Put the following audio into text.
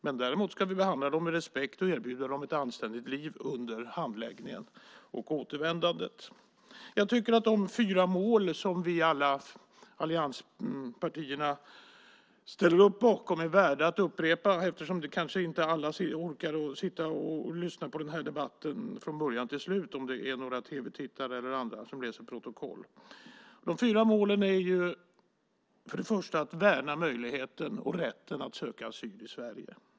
Men däremot ska vi behandla dem med respekt och erbjuda dem ett anständigt liv under handläggningen och efter återvändandet. De fyra mål som alla allianspartierna ställer upp bakom är värda att upprepa. Alla kanske inte orkar lyssna på debatten från början till slut, om det är några tv-tittare och andra, eller att läsa protokollet. Det är första är att värna möjligheten och rätten att söka asyl i Sverige.